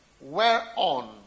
whereon